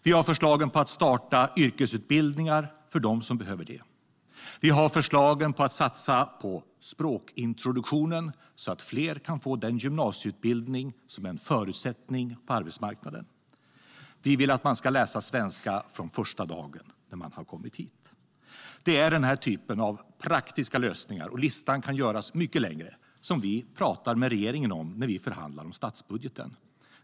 Vi har förslag om att starta yrkesutbildningar för dem som behöver det. Vi har förslag om att satsa på språkintroduktionen, så att fler kan få den gymnasieutbildning som är en förutsättning på arbetsmarknaden. Vi vill att man ska läsa svenska från första dagen när man har kommit hit. Det är denna typ av praktiska lösningar - listan kan göras mycket längre - som vi talar med regeringen om när vi förhandlar om statsbudgeten.